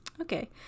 okay